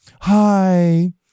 Hi